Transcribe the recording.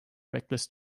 reckless